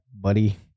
buddy